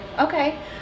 okay